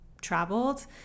traveled